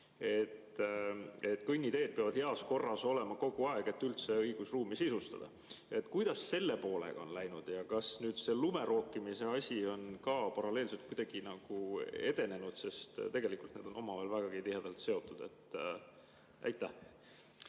et kõnniteed peavad heas korras olema kogu aeg, et üldse õigusruumi sisustada. Kuidas selle poolega on läinud? Ja kas see lumerookimise asi on ka paralleelselt kuidagi edenenud? Tegelikult need on omavahel vägagi tihedalt seotud. Aitäh,